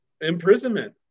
imprisonment